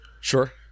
Sure